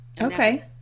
Okay